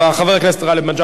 חבר הכנסת גאלב מג'אדלה,